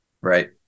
Right